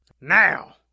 Now